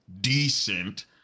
decent